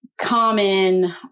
common